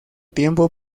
tiempo